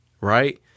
right